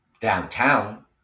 downtown